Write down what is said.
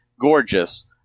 Gorgeous